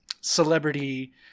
celebrity